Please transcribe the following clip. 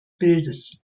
bildes